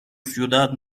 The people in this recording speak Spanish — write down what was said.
ciudad